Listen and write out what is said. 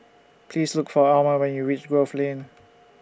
Please Look For Omer when YOU REACH Grove Lane